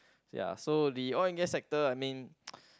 ya so the oil and gas sector I mean